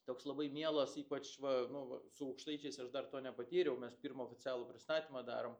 toks labai mielas ypač va nu va su aukštaičiais aš dar to nepatyriau mes pirmą oficialų pristatymą darom